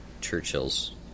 Churchills